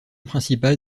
principale